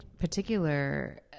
particular